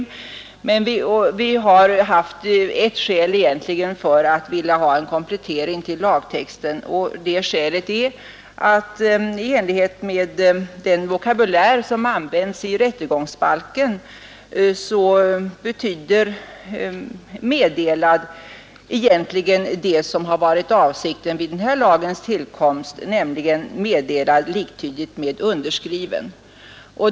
Vi har egentligen haft ett skäl för att vilja ha en komplettering av lagtexten, och det skälet är att i enlighet med den vokabulär som använts i rättegångsbalken betyder ”meddelad” egentligen det som har varit avsikten vid den här lagens tillkomst, nämligen meddelad liktydigt med underskriven.